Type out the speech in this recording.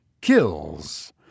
kills